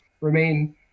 remain